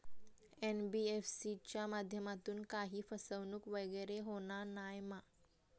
NBFC च्या माध्यमातून काही फसवणूक वगैरे होना नाय मा?